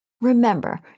Remember